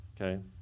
okay